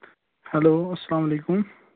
hello اسلام علیکُم